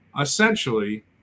essentially